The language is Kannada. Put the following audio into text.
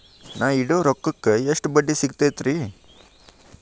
ನಾ ಇಡೋ ರೊಕ್ಕಕ್ ಎಷ್ಟ ಬಡ್ಡಿ ಸಿಕ್ತೈತ್ರಿ?